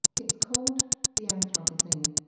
it's called the anthroposcene,